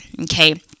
okay